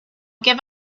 give